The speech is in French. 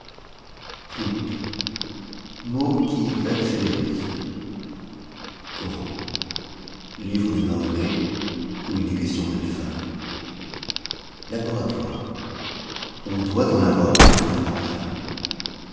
mot qui vexe les russes koran livre de mahomet où il n'est question que de femmes l laboratoire on doit en avoir un à la campagne